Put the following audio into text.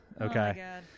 Okay